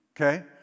Okay